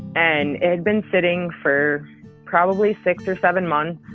and it had been sitting for probably six or seven months.